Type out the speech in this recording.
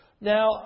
Now